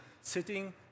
sitting